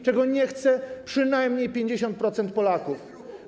czego nie chce przynajmniej 50% Polaków.